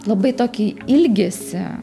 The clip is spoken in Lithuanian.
labai tokį ilgesį